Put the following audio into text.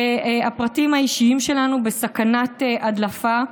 והפרטים האישיים שלנו בסכנת הדלפה.